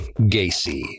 Gacy